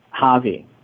Javi